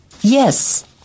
Yes